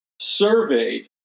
surveyed